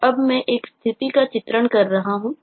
और अब मैं एक स्थिति का चित्रण कर रहा हूँ